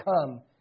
come